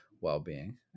well-being